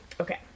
okay